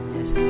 Yes